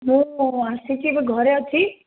ମୁଁ ଆସିଛି ଏବେ ଘରେ ଅଛି